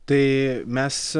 tai mes